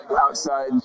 outside